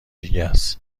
دیگهس